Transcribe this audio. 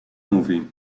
mówi